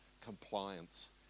compliance